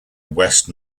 west